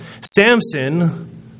Samson